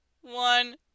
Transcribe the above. one